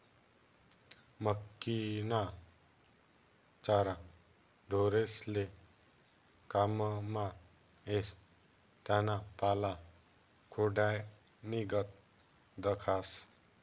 मक्कीना चारा ढोरेस्ले काममा येस त्याना पाला खोंड्यानीगत दखास